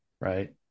right